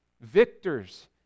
Victors